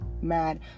mad